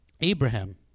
Abraham